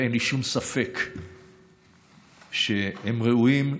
ואין לי שום ספק שהם ראויים לתגמול,